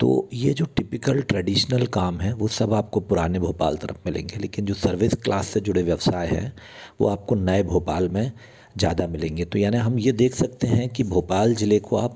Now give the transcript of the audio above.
तो ये जो टिपिकल ट्रेडिशनल काम हैं वो सब आपको पुराने भोपाल तरफ मिलेंगे लेकिन जो सर्विस क्लास से जुड़े व्यवसाय हैं वो आपको नए भोपाल में ज़्यादा मिलेंगे तो यानी हम ये देख सकते हैं कि भोपाल जिले को आप